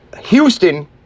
Houston